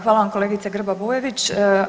Hvala vam kolegice Grba-Bujević.